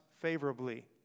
favorably